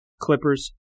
Clippers